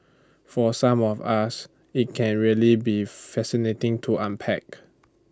for some of us IT can really be fascinating to unpack